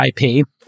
IP